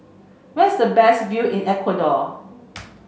where is the best view in Ecuador